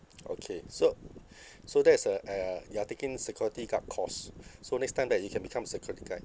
okay so so that is uh uh you are taking security guard course so next time that you can become security guard